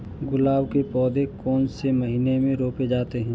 गुलाब के पौधे कौन से महीने में रोपे जाते हैं?